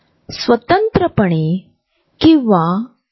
तर मग वैयक्तिक जागेचा अर्थ काय